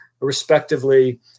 respectively